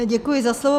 Děkuji za slovo.